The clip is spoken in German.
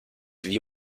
wie